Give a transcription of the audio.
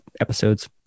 episodes